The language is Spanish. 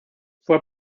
fue